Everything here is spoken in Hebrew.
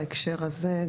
בהקשר הזה,